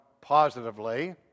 positively